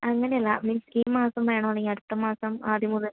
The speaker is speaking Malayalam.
അങ്ങനെ അല്ല നിങ്ങൾക്ക് ഈ മാസം വേണോ അല്ലെങ്കിൽ അടുത്ത മാസം ആദ്യം മുതൽ